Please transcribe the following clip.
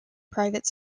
private